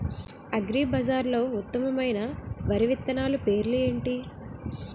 అగ్రిబజార్లో ఉత్తమమైన వరి విత్తనాలు పేర్లు ఏంటి?